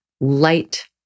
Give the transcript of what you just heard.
light